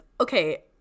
Okay